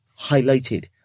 highlighted